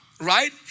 right